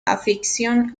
afición